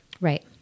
Right